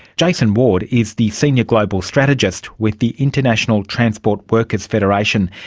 jason ward is the senior global strategist with the international transport workers' federation.